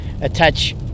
attach